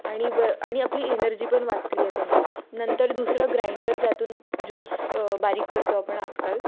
आणि ब आणि आपली एनर्जी पण वाचली आहे त्याने नंतर दुसरं ग्राइंडर ज्यातून ज्यूस बारीक करतो आपण आजकाल